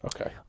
Okay